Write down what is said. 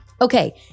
Okay